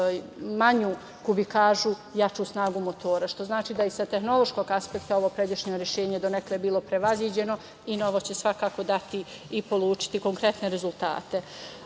manju kubikažu jaču snagu motora, što znači da je i sa tehnološkog aspekta ovo pređašnje rešenje donekle bilo prevaziđeno i novo će svakako dati i pokazati konkretne rezultate. Ono